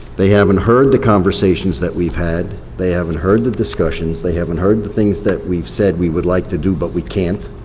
they haven't heard the conversations that we've had. they haven't heard the discussions, they haven't heard the things that we've said we'd like to do but we can't.